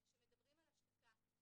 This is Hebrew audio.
-- שמדברים על השתקה,